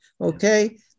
okay